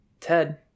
Ted